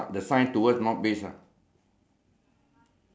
uh I I think